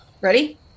Ready